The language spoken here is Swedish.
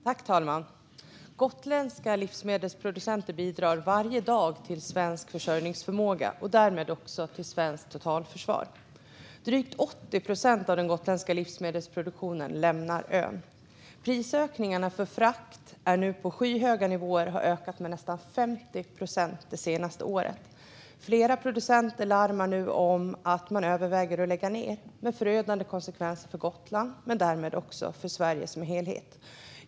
Fru talman! Gotländska livsmedelsproducenter bidrar varje dag till svensk försörjningsförmåga och därmed också till svenskt totalförsvar. Drygt 80 procent av den gotländska livsmedelsproduktionen lämnar ön. Prisökningarna för frakt är nu på skyhöga nivåer och har ökat med nästan 50 procent det senaste året. Flera producenter larmar nu om att man överväger att lägga ned, med förödande konsekvenser för Gotland och därmed också för Sverige som helhet.